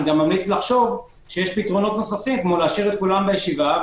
אני מליץ לחשוב שיש פתרונות אחרים כמו להשאיר את כולם בישיבה,